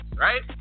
right